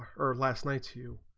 her last night to